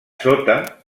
sota